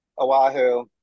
Oahu